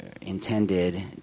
intended